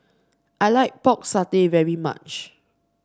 I like Pork Satay very much